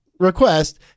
request